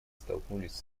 столкнулись